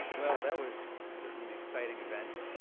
well, that was certainly an exciting event.